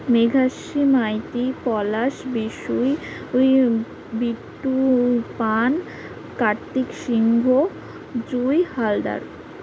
Meghaswi Maiti Palash Bishui we Bittu Pan Kartik Singha Jui Haldar